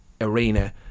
arena